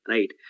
Right